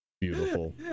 Beautiful